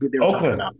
Oakland